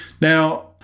Now